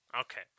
Okay